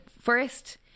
first